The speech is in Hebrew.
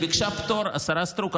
השרה סטרוק,